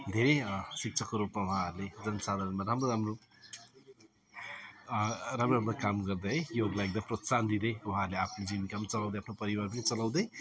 धेरै शिक्षकको रूपमा उहाँहरूले जन साधारणमा राम्रो राम्रो राम्रो राम्रो काम गर्दै है योगलाई एकदम है प्रोत्साहन दिँदै उहाँहरूले आफ्नो जीविका चलाउँदै आफ्नो परिवार पनि चलाउँदै